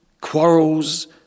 quarrels